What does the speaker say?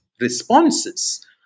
responses